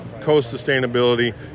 co-sustainability